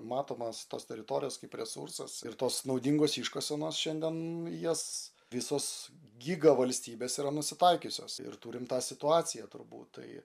matomos tos teritorijos kaip resursas ir tos naudingos iškasenos šiandien jas visos gigavalstybės yra nusitaikiusios ir turim tą situaciją turbūt tai